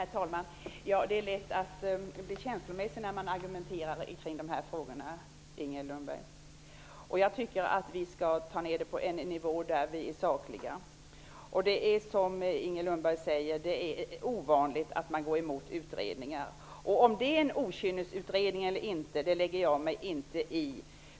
Herr talman! Det är lätt att bli känslomässig när man argumenterar i de här frågorna, Inger Lundberg. Jag tycker att vi skall ta ner diskussionen på en saklig nivå. Som Inger Lundberg säger är det ovanligt att man går emot utredningar. Om det är en okynnesutredning eller inte, lägger jag mig inte i.